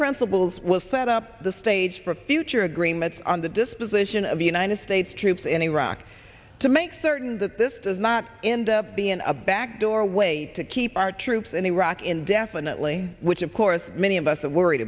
principles will set up the stage for future agreements on the disposition of united states troops in iraq to make certain that this does not end up being a backdoor way to keep our troops in iraq indefinitely which of course many of us are worried